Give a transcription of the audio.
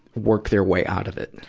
work their way out of it?